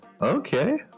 Okay